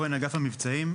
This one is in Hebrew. המבצעים.